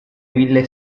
ville